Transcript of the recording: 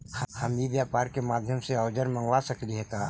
हम ई व्यापार के माध्यम से औजर मँगवा सकली हे का?